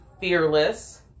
fearless